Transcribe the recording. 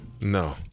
No